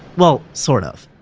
well, sort of.